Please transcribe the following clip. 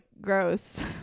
gross